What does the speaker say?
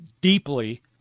deeply